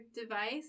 device